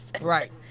Right